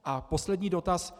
A poslední dotaz.